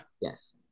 Yes